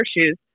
shoes